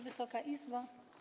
Wysoka Izbo!